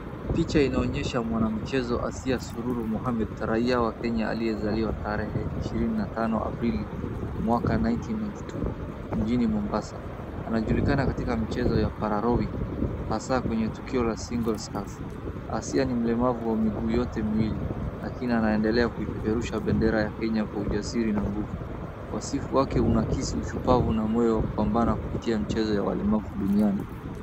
Picha inaonyesha mwana michezo Asia Sururu Mohamed, raia wa Kenya aliyezaliwa tarehe ishirini na tano Aprili mwaka elfu kumi na tisa tisini na mbili mjini Mombasa. Anajulikana katika michezo ya pararowing hasa kwenye tukio la Single stars. Asia ni mlemavu wa miguu yote miwili lakini anaendelea kuipeperusha bendera ya Kenya kwa ujasiri na nguvu. Wasifu wake unaakisi, ushupavu na moyo wa kupambana kupitia mchezo wa walemavu duniani.